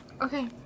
Okay